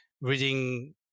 reading